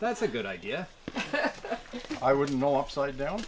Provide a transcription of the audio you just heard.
that's a good idea i wouldn't know upside down